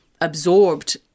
absorbed